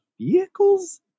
vehicles